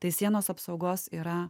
tai sienos apsaugos yra